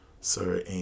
Sir